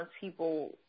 people